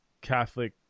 Catholic